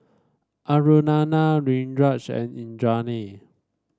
Aruna Niraj and Indranee